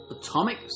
atomic